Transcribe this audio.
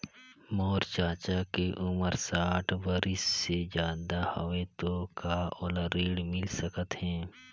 मोर चाचा के उमर साठ बरिस से ज्यादा हवे तो का ओला ऋण मिल सकत हे?